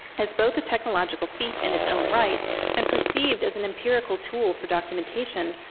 as both a technological feat in its own right and perceived as an empirical tool for documentation,